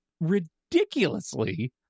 ridiculously